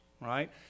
right